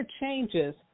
changes